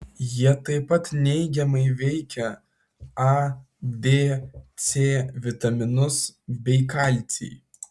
jie tai pat neigiamai veikia a d c vitaminus bei kalcį